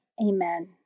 Amen